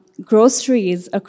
Groceries